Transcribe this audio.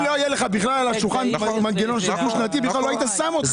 אם לא יהיה לך בכלל על השולחן מנגנון של דו שנתי בכלל לא היית שם אותו.